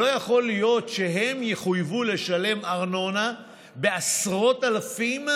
לא יכול להיות שהם יחויבו לשלם ארנונה בעשרות אלפים